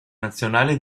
nazionale